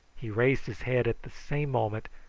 he raised his head at the same moment,